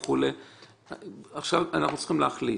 אנחנו צריכים להחליט: